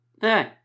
Hey